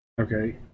Okay